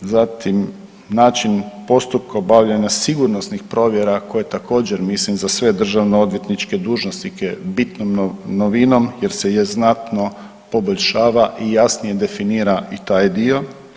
Zatim način postupka obavljanja sigurnosnih provjera koje također mislima za sve državno odvjetničke dužnosnike bitnom novinom jer se je znatno poboljšava i jasnije definira i taj dio.